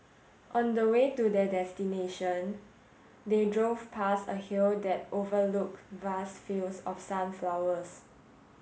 on the way to their destination they drove past a hill that overlooked vast fields of sunflowers